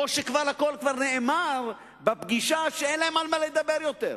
או שהכול כבר נאמר בפגישה ואין להם על מה לדבר יותר?